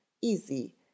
easy